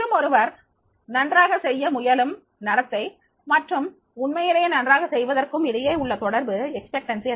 மற்றும் ஒருவர் நன்றாக செய்ய முயலும் நடத்தை மற்றும் உண்மையிலேயே நன்றாக செய்வதற்கும் இடையே உள்ள தொடர்பு எதிர்பார்ப்பு